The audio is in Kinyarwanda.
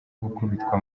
gukubitwa